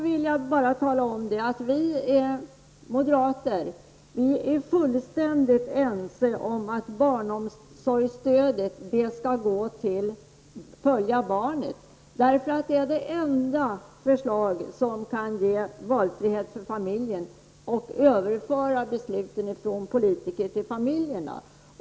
Vi moderater är fullständigt ense om att barnomsorgsstödet skall följa barnet. Det är det enda förslag som kan ge valfrihet för familjen och överföra besluten från politiker till familjerna.